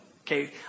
Okay